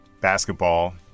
basketball